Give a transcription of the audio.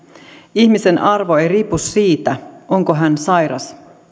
ihmisen arvo ei riipu siitä onko hän sairas